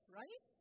right